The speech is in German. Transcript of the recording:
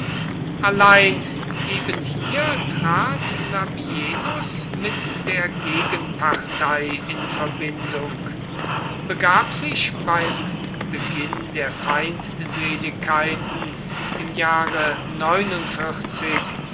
allein ebenhier trat labienus mit der gegenpartei in verbindung begab sich beim beginn der feindseligkeiten im jahre